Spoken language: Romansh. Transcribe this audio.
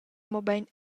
mobein